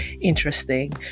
interesting